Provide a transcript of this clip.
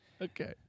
Okay